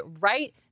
right